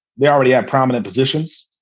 they already had prominent positions.